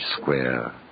square